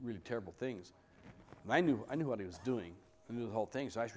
really terrible things and i knew i knew what he was doing and the whole thing's i